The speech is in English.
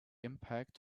impact